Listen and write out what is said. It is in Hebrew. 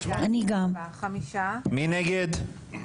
34. טוב.